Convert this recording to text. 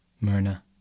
Myrna